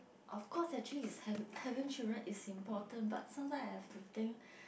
of course actually is have having children is important but sometime have to think